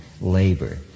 labor